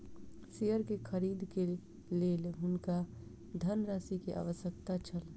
share के खरीद के लेल हुनका धनराशि के आवश्यकता छल